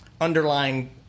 underlying